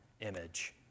image